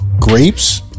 grapes